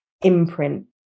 imprint